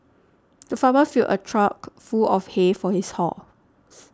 the farmer filled a trough full of hay for his horses